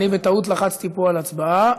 אני בטעות לחצתי פה על הצבעה.